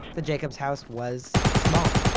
the jacobs house was small.